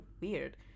weird